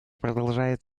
продолжает